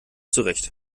zurecht